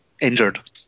injured